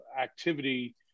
activity